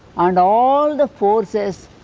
and all the forces,